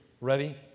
Ready